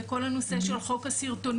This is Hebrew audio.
וכל הנושא של חוק הסרטונים,